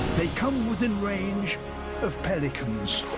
they come within range of pelicans.